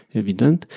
evident